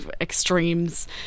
extremes